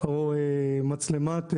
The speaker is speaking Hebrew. או מצלמת וידאו.